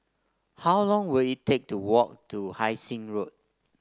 how long will it take to walk to Hai Sing Road